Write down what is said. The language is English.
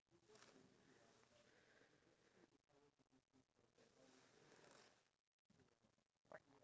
oh if you see an elderly woman then you know you should give your seat up to her because she's much more older than you